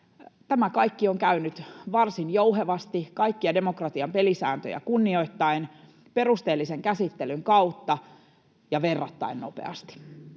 tämä kaikki on käynyt varsin jouhevasti, kaikkia demokratian pelisääntöjä kunnioittaen, perusteellisen käsittelyn kautta ja verrattain nopeasti.